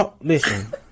listen